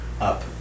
up